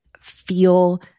feel